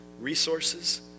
resources